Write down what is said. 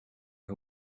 who